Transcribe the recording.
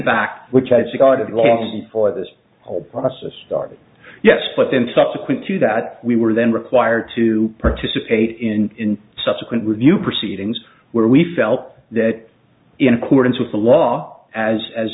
back which i thought of it all before this whole process started yes but then subsequent to that we were then required to participate in subsequent review proceedings where we felt that in accordance with the law as as